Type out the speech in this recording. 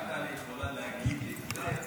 רק טלי יכולה להגיד --- השם,